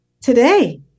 Today